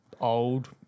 old